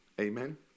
Amen